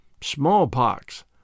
Smallpox